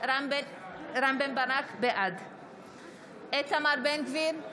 רם בן ברק, בעד איתמר בן גביר,